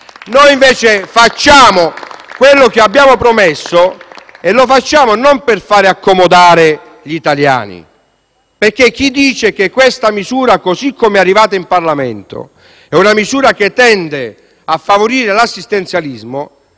Noi invece facciamo quello che abbiamo promesso, e lo facciamo non per fare accomodare gli italiani. Chi dice che questa misura, così come è arrivata in Parlamento, tende a favorire l'assistenzialismo